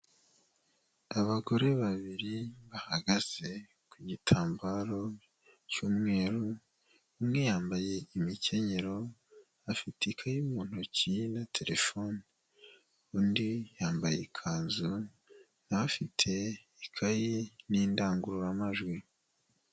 Abagore babiri bahagaze ku gitambaro cy'umweru, umwe yambaye imikenyero, afiteti ikaye mu ntoki na terefone, undi yambaye ikanzu, afite ikayi n'indangururamajwi.